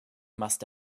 must